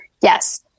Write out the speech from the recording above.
yes